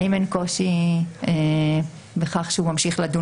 והאם אין קושי בכך שהוא ממשיך לדון